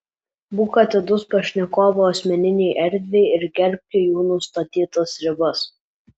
būk atidus pašnekovų asmeninei erdvei ir gerbki jų nusistatytas ribas